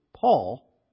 Paul